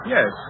Yes